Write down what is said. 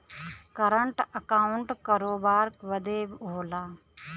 current account करोबार बदे होला